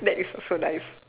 that is also nice